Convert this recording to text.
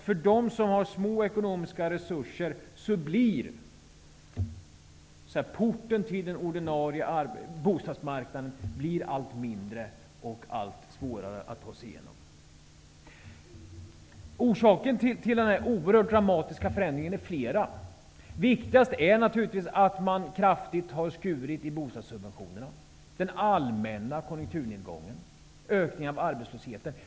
För dem som har små ekonomiska resurser blir porten till den ordinarie bostadsmarknaden allt svårare att ta sig igenom. Det finns flera orsaker till den oerhört dramatiska förändringen. Viktigast är naturligtvis den kraftiga nedskärningen av bostadssubventionerna, den allmänna konjunkturnedgången och ökningen av arbetslösheten.